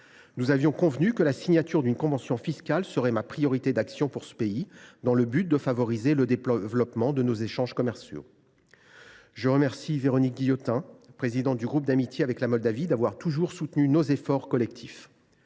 Nous étions convenus que la signature d’une convention fiscale serait ma priorité d’action pour ce pays, afin de favoriser le développement de nos échanges commerciaux. Je remercie Véronique Guillotin, présidente du groupe interparlementaire d’amitié France Moldavie, d’avoir toujours soutenu nos efforts collectifs.